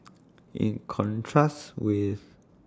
in contrast with